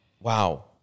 Wow